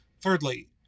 Thirdly